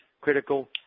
critical